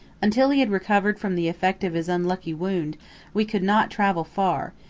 until he had recovered from the effect of his unlucky wound we could not travel far,